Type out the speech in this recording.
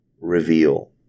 Reveal